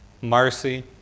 Marcy